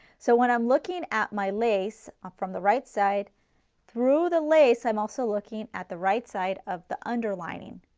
so when i'm looking at my lace up from the right side through the lace i'm also looking at the right side of the underlining.